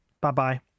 Bye-bye